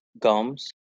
gums